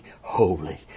holy